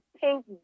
pink